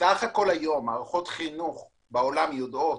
שבסך הכול היום מערכות חינוך בעולם יודעות